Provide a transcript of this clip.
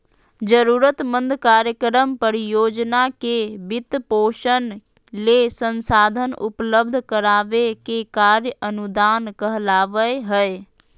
जरूरतमंद कार्यक्रम, परियोजना के वित्तपोषण ले संसाधन उपलब्ध कराबे के कार्य अनुदान कहलावय हय